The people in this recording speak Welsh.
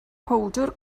powdr